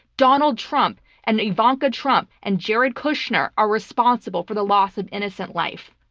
donald trump and ivana ah trump and jared kushner are responsible for the loss of innocent life.